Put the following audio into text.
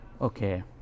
okay